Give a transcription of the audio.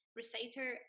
reciter